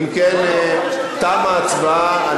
אם כן, תמה ההצבעה.